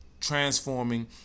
transforming